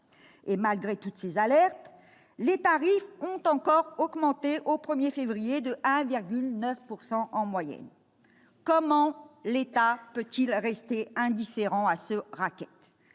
malgré toutes ces alertes, les tarifs ont encore augmenté au 1 février de 1,9 % en moyenne. Comment l'État peut-il rester indifférent à ce racket ?